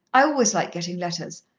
i always like getting letters,